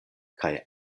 kaj